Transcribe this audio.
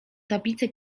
tablice